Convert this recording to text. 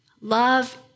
Love